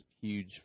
huge